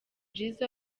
jizzo